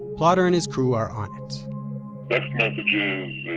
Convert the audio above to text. plotter and his crew are on it text messages,